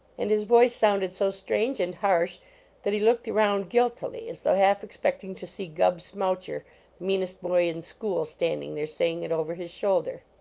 and his voice sounded so strange and harsh that he looked around guiltily, as though half expecting to see gub smoucher, the meanest boy in school, standing there, saying it over his shoulder.